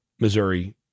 Missouri